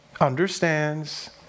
understands